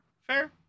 Fair